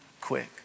quick